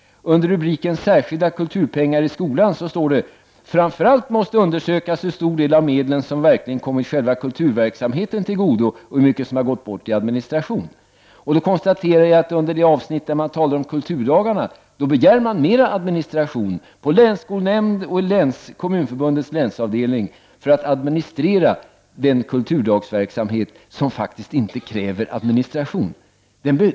Under rubriken Särskilda kulturpengar i skolan står att det framför allt måste undersökas hur stor del av medlen som verkligen kommer själva kulturverksamheten till godo och hur mycket som har gått bort i administration. Jag konstaterar att man under det avsnitt där man talar om kulturdagarna begär mer administration, att länsskolnämnden och Kommunförbundets länsavdelning skall administrera den kulturdagsverksamhet som faktiskt inte kräver administration.